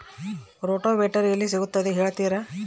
Rotavator ಎಲ್ಲಿ ಸಿಗುತ್ತದೆ ಹೇಳ್ತೇರಾ?